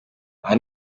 aha